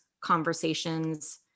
conversations